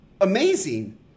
amazing